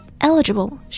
Eligible